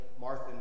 Martha